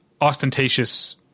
ostentatious